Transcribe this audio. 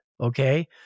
okay